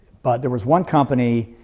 but there was one company,